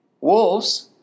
Wolves